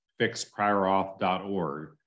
FixPriorAuth.org